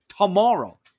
tomorrow